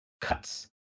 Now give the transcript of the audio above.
cuts